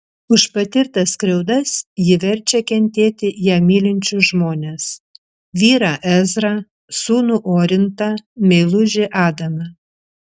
už patirtas skriaudas ji verčia kentėti ją mylinčius žmones vyrą ezrą sūnų orintą meilužį adamą